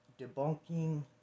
debunking